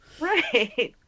Right